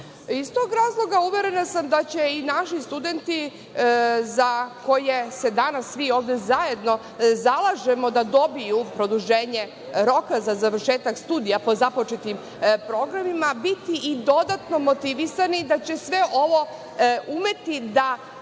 tog razloga uverena sam da će i naši studenti za koje se danas svi ovde zajedno zalažemo da dobiju produženje roka za završetak studija po započetim programima biti i dodatno motivisani, da će sve ovo umeti da